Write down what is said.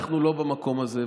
אנחנו לא במקום הזה.